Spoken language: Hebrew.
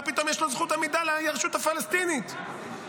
מה פתאום יש לרשות הפלסטינית זכות עמידה.